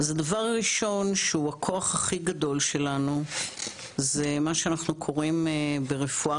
אז הדבר הראשון שהוא הכוח הכי גדול שלנו זה מה שאנחנו קוראים ברפואה,